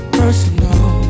personal